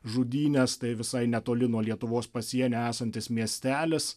žudynės tai visai netoli nuo lietuvos pasienio esantis miestelis